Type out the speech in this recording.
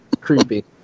Creepy